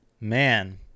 Man